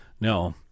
no